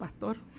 pastor